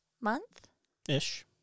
month-ish